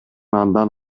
андан